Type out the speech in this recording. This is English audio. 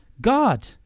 God